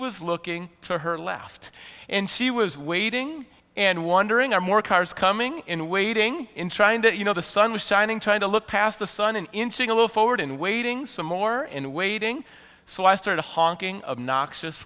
was looking to her left and she was waiting and wondering are more cars coming in waiting in trying to you know the sun was shining trying to look past the sun and into a little forward and waiting some more in a waiting so i started honking of noxious